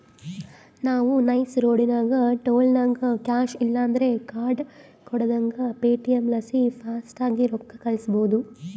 ನಾವು ನೈಸ್ ರೋಡಿನಾಗ ಟೋಲ್ನಾಗ ಕ್ಯಾಶ್ ಇಲ್ಲಂದ್ರ ಕಾರ್ಡ್ ಕೊಡುದಂಗ ಪೇಟಿಎಂ ಲಾಸಿ ಫಾಸ್ಟಾಗ್ಗೆ ರೊಕ್ಕ ಕಳ್ಸ್ಬಹುದು